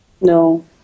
No